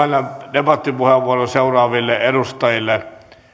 debattipuheenvuoron seuraaville edustajille